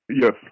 Yes